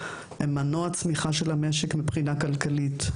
הם מנוע הצמיחה של המשק מבחינה כלכלית,